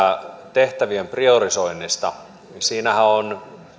tehtävien priorisoinnista siinähän on